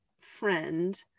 friend